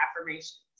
affirmations